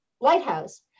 lighthouse